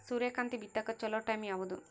ಸೂರ್ಯಕಾಂತಿ ಬಿತ್ತಕ ಚೋಲೊ ಟೈಂ ಯಾವುದು?